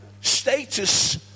status